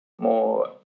more